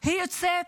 היא יוצאת,